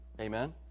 Amen